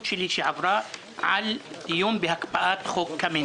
שלי שעברה על איום בהקפאת חוק קמיניץ.